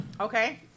Okay